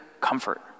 comfort